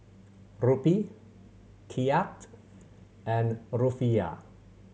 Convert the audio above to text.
Rupee Kyat and Rufiyaa